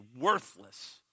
worthless